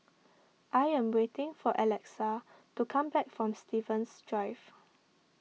I am waiting for Alexa to come back from Stevens Drive